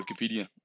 Wikipedia